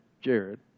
Jared